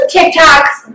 TikToks